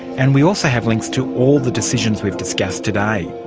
and we also have links to all the decisions we discussed today.